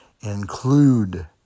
include